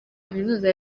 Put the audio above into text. kaminuza